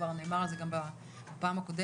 כבר נאמר על זה גם בפעם הקודמת,